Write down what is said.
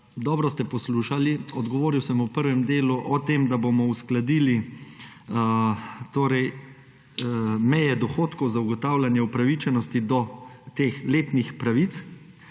dobro ste poslušali. Odgovoril sem v prvem delu, da bomo uskladili meje dohodkov za ugotavljanje upravičenosti do letnih pravic,